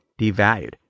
devalued